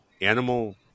Animal